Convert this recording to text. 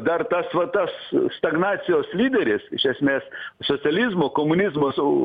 dar tas va tas stagnacijos lyderis iš esmės socializmo komunizmo su